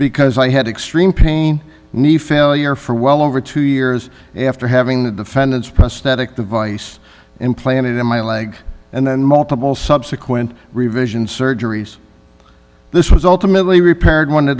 because i had extreme pain knee failure for well over two years after having the defendant's prosthetic device implanted in my leg and then multiple subsequent revision surgeries this was ultimately repaired one